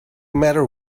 matter